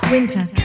Winter